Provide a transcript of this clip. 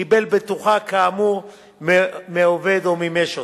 קיבל בטוחה כאמור מעובד או מימש אותה,